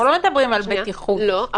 אבל אנחנו לא מדברים על 100. לא,